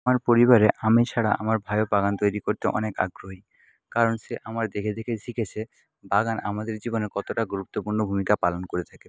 আমার পরিবারে আমি ছাড়া আমার ভাইও বাগান তৈরি করতে অনেক আগ্রহী কারণ সে আমার দেখে দেখে শিখেছে বাগান আমাদের জীবনে কতোটা গুরুত্বপূর্ণ ভূমিকা পালন করে থাকে